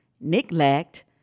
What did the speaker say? neglect